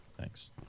Thanks